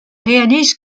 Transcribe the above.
réalise